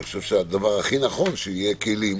אני חושב שהדבר הכי נכון שיהיו כלים